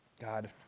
God